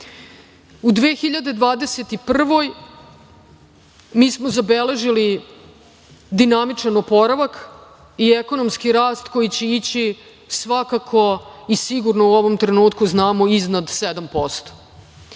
godini, mi smo zabeležili dinamičan oporavak i ekonomski rast koji će ići, svakako i sigurno u ovom trenutku znamo iznad 7%.